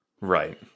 Right